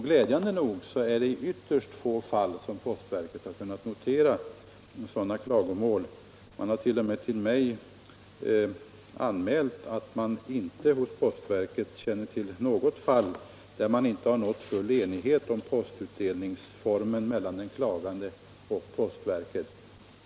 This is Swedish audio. Glädjande nog är det i ytterst få fall som postverket kunnat notera sådana klagomål. Man har t.o.m. till mig anmält att man inte hos postverket kände till något fall där det inte mellan den klagande och postverket har nåtts full enighet om postutdelningsformen.